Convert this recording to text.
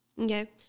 Okay